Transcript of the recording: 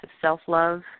self-love